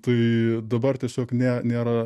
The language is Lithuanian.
tai dabar tiesiog ne nėra